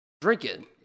drinking